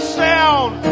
sound